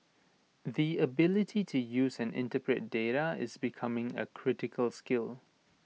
the ability to use and interpret data is becoming A critical skill